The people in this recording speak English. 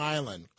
Island